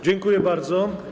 Dziękuję bardzo.